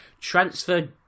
transfer